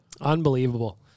Unbelievable